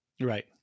Right